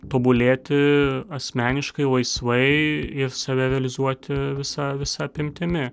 tobulėti asmeniškai laisvai ir save realizuoti visa visa apimtimi